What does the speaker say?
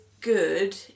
good